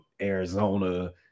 Arizona